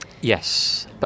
Yes